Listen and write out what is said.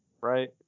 right